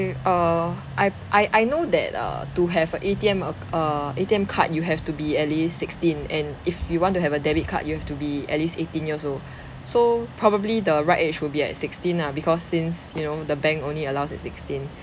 I uh I I I know that uh to have a A_T_M acc~ uh A_T_M card you have to be at least sixteen and if you want to have a debit card you have to be at least eighteen years old so probably the right age would be at sixteen ah because since you know the bank only allows at sixteen